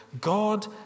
God